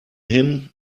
him